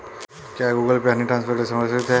क्या Google Pay money transfer के लिए सुरक्षित है?